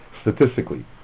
statistically